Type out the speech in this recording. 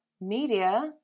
media